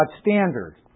standard